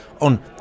on